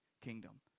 kingdom